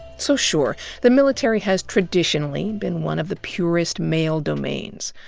so, sure, the military has traditionally been one of the purest male domains,